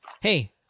Hey